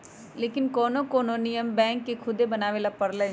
लेकिन कोनो कोनो नियम बैंक के खुदे बनावे ला परलई